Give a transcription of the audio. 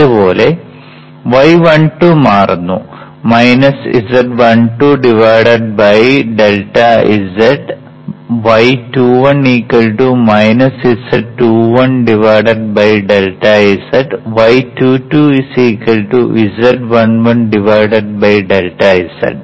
അതുപോലെ y12 മാറുന്നു - z12 ∆z y21 z21 ∆ z y22 z11 ∆ z